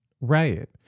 right